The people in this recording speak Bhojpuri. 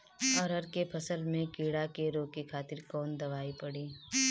अरहर के फसल में कीड़ा के रोके खातिर कौन दवाई पड़ी?